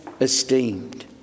esteemed